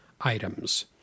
items